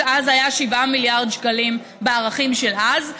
אז זה היה 7 מיליארד שקלים בערכים של אז,